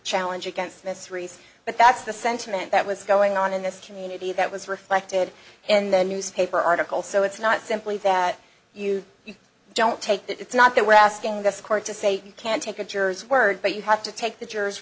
challenge against mystery's but that's the sentiment that was going on in this community that was reflected in the newspaper article so it's not simply that you don't take that it's not that we're asking this court to say you can't take a jurors word but you have to take the jurors